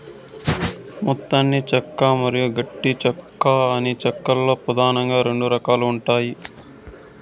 మెత్తని చెక్క మరియు గట్టి చెక్క అని చెక్క లో పదానంగా రెండు రకాలు ఉంటాయి